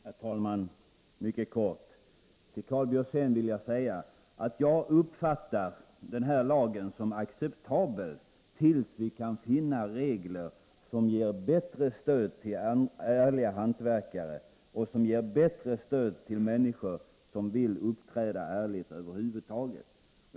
Herr talman! Jag skall fatta mig mycket kort. Till Karl Björzén vill jag säga att jag uppfattar den här lagen som acceptabel tills vi finner regler som ger bättre stöd till ärliga hantverkare och andra människor som vill uppträda ärligt.